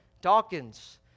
Dawkins